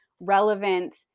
relevant